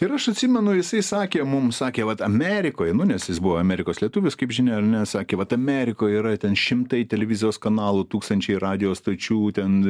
ir aš atsimenu jisai sakė mum sakė vat amerikoj nu nes jis buvo amerikos lietuvius kaip žinia ar ne sakė vat amerikoj yra ten šimtai televizijos kanalų tūkstančiai radijo stočių ten